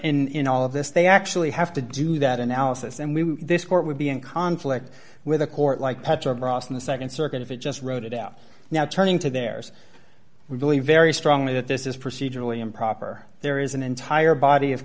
the in all of this they actually have to do that analysis and we this court would be in conflict with a court like putter across in the nd circuit if it just wrote it out now turning to there's we believe very strongly that this is procedurally improper there is an entire body of